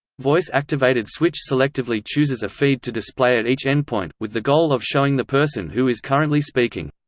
voice-activated switch selectively chooses a feed to display at each endpoint, with the goal of showing the person who is currently speaking.